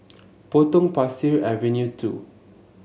Potong Pasir Avenue two